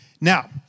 Now